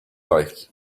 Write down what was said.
like